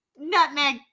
Nutmeg